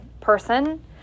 person